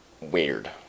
weird